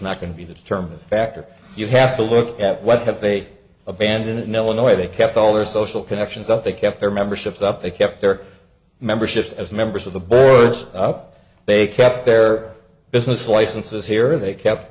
not going to be the determining factor you have to look at what they abandon in illinois they kept all their social connections up they kept their memberships up they kept their membership as members of the birds up they kept their business licenses here they kept